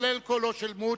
כולל קולו של מוץ,